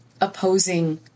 opposing